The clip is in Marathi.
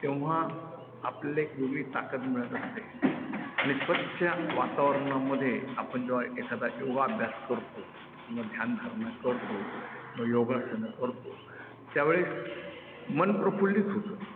तेव्हा आपल्याला एक वेगळी ताकद मिळत असते आणि स्वच्छ वातावरणामधे आपण जेव्हा एखादा योगा अभ्यास करतो किंवा ध्यानधारणा करतो किंवा योगासनं करतो त्यावेळेस मन प्रफुल्लित होतं